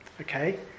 Okay